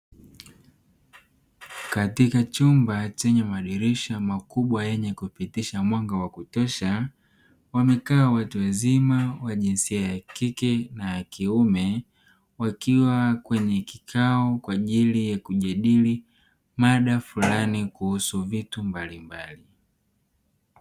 Katika chumba chenye madirisha makubwa yenye kupitisha mwanga wa kutosha, wamekaa watu wazima wa jinsia ya kike na kiume wakiwa kwenye kikao kwa ajili ya kujadili mada fulani kuhusu vitu mbalimbali.